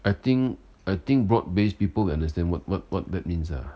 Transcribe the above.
I think I think broad based people will understand what what what that means ah